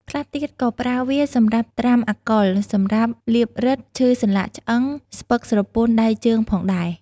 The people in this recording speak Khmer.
ខ្លះទៀត ក៏ប្រើវាសម្រាប់ត្រាំអាល់កុល សម្រាប់លាបរឹត ឈឺសន្លាក់ឆ្អឹង ស្ពឹកស្រពន់ដៃជើងផងដែរ។